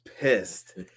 pissed